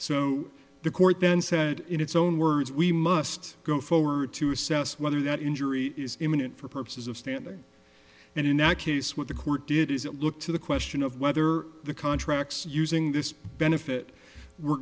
so the court then said in its own words we must go forward to assess whether that injury is imminent for purposes of standing and in that case what the court did is it looked to the question of whether the contracts using this benefit were